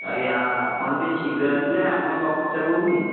ଆଜ୍ଞା ଆପଣ ଟିକେ ଶୀଘ୍ର ଆସିଲେ ଆପଣଙ୍କ ଅଫିସ୍ଟା କେଉଁଠି କି